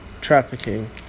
trafficking